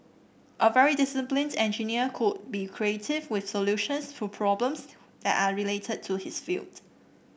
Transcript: a very disciplined engineer could be with solutions to problems that are related to his field